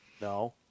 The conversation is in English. No